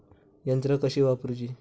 यंत्रा कशी वापरूची?